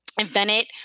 invented